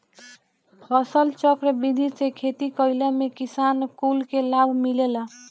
फसलचक्र विधि से खेती कईला में किसान कुल के लाभ मिलेला